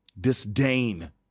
disdain